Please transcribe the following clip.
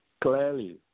clearly